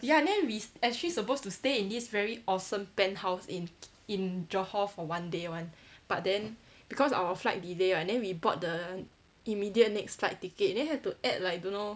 ya then we actually supposed to stay in this very awesome penthouse in in johor for one day [one] but then because our flight delay right then we bought the immediate next flight ticket then had to add like don't know